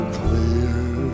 clear